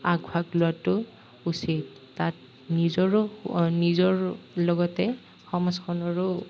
আগ ভাগ লোৱাটো উচিত তাত নিজৰো নিজৰ লগতে সমাজখনৰো